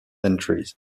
entries